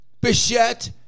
Bichette